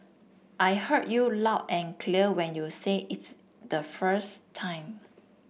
I heard you loud and clear when you said it's the first time